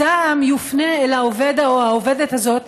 הזעם יופנה אל העובד או העובדת הזאת,